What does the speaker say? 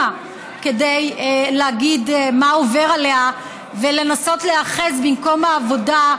כדי להגיד מה עובר עליה ולנסות להיאחז במקום העבודה,